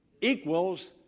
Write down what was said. equals